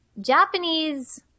Japanese